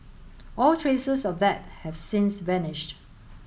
all traces of that have since vanished